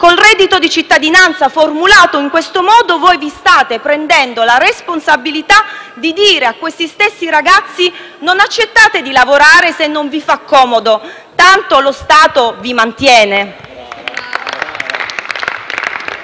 con il reddito di cittadinanza formulato in questo modo voi vi state prendendo la responsabilità di dire a questi stessi ragazzi di non accettare di lavorare se non fa loro comodo, tanto lo Stato li mantiene.